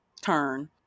turn